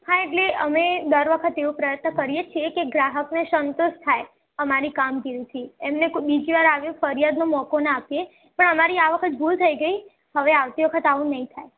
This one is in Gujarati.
હા એટલે અમે દર વખત એવો પ્રયત્ન કરીએ છીએ કે ગ્રાહકને સંતોષ થાય અમારી કામગીરીથી એમને બીજી વાર આવી ફરિયાદનો મોકો ન આપીએ પણ આમારી આ વખતે ભૂલ થઈ ગઈ હવે આવતી વખત આવું નહીં થાય